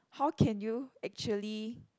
how can you actually